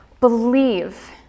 believe